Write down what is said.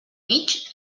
mig